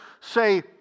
say